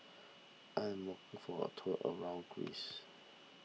I am looking for a tour around Greece